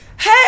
hey